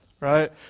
Right